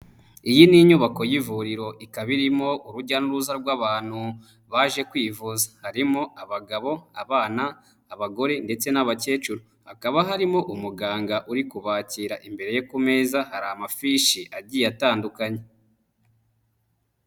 Iyi ni inyubako y'ivuriro ikaba irimo urujya n'uruza rw'abantu baje kwivuza harimo: abagabo, abana, abagore ndetse n'abakecuru hakaba harimo umuganga uri kubakira, imbere ye ku meza hari amafishi agiye atandukanye.